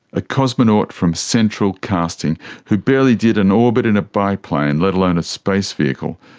a cosmonaut from central casting who barely did an orbit in a biplane, let alone a space vehicle.